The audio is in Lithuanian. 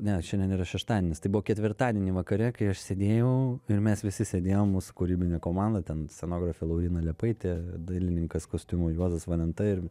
ne šiandien yra šeštadienis tai buvo ketvirtadienį vakare kai aš sėdėjau ir mes visi sėdėjom mūsų kūrybinė komanda ten scenografė lauryna liepaitė dailininkas kostiumų juozas valenta ir